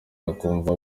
akumva